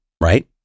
right